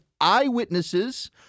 eyewitnesses